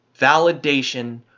Validation